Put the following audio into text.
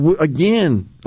again